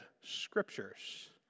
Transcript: scriptures